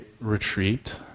retreat